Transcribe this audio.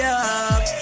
up